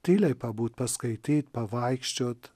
tyliai pabūt paskaityt pavaikščiot